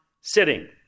sitting